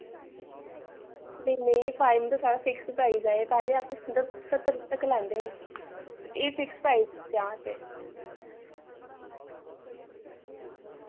नेईं नेईं एह् दा साढ़ा फिक्स प्राइज़ ऐ पैह्लें अस मतलब स्हत्तर तक लैंदे हे ते एह् फिक्स प्राइज़ ऐ ते